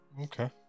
Okay